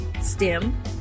STEM